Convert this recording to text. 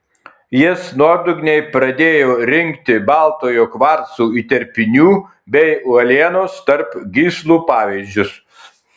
jis nuodugniai pradėjo rinkti baltojo kvarco įterpinių bei uolienos tarp gyslų pavyzdžius